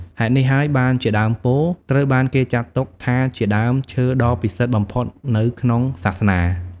ហេតុនេះហើយបានជាដើមពោធិ៍ត្រូវបានគេចាត់ទុកថាជាដើមឈើដ៏ពិសិដ្ឋបំផុតនៅក្នុងសាសនា។